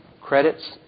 credits